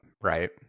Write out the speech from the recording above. right